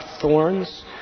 thorns